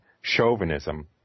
chauvinism